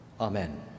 Amen